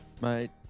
Mate